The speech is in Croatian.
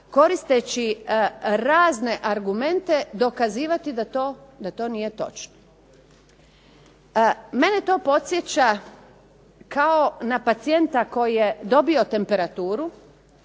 koristeći razne argumente dokazivati da to nije točno. Mene to podsjeća kao na pacijenta koji je dobio temperaturu